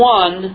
one